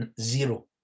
zero